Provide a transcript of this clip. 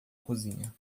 cozinha